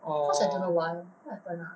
oh